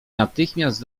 natychmiast